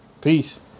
peace